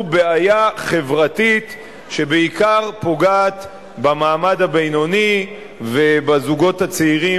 בעיה חברתית שבעיקר פוגעת במעמד הבינוני ובזוגות הצעירים